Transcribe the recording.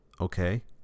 okay